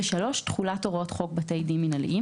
תחולת הוראות חוק בתי דין מינהליים